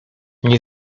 nie